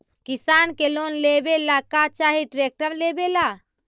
किसान के लोन लेबे ला का चाही ट्रैक्टर लेबे ला?